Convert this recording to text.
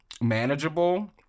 manageable